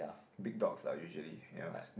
big dogs lah usually ya